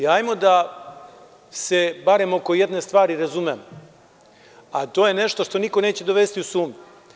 Hajde da se barem oko jedne stvari razumemo, a to je nešto što niko neće dovesti u sumnju.